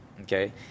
okay